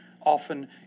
often